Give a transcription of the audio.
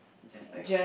just like